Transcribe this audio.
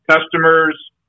customers